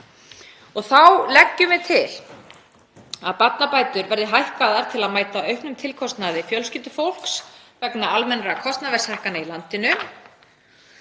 Þá leggjum við til að barnabætur verði hækkaðar til að mæta auknum tilkostnaði fjölskyldufólks vegna almennra kostnaðarverðshækkana í landinu.